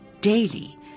daily